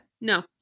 No